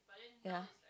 ya